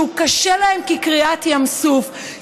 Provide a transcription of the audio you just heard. שהוא קשה להם כקריעת ים סוף,